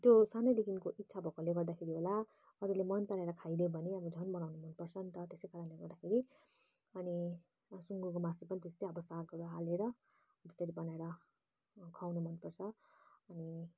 त्यो सानैदेखिको इच्छा भएकोले गर्दाखेरि होला अरूले मन पराएर खाइदियो भने अब झन् मनपर्छ नि त त्यसै कारणले गर्दाखेरि अनि सुँगुरको मासु पनि त्यस्तै अब सागहरू हालेर त्यसरी बनाएर खुवाउनु मनपर्छ अनि